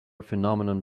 phenomenon